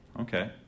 Okay